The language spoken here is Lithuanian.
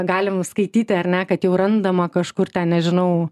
galim skaityti ar ne kad jau randama kažkur ten nežinau